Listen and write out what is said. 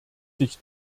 sich